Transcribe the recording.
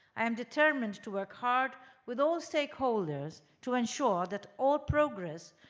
i am determined to work hard with all stakeholders to ensure that all progress,